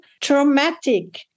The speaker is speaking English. traumatic